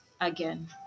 again